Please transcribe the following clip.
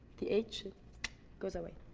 the h goes away.